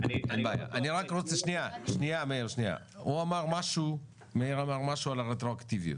מאיר אמר משהו על הרטרואקטיביות,